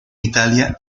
italia